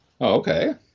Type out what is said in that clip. Okay